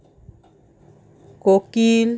কোকিল